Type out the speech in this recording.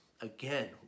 again